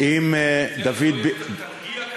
אז תתלונן על